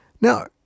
Now